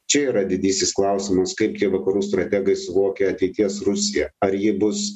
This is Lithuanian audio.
čia yra didysis klausimas kaip tie vakarų strategai suvokia ateities rusiją ar ji bus